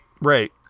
Right